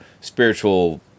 spiritual